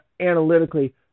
analytically